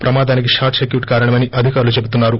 ప్రమాదానికి short circuit కారణమని అధికారులు చెబుతున్నారు